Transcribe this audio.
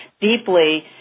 deeply